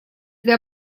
для